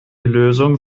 lösung